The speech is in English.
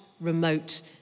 remote